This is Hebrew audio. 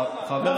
חבל.